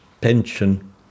pension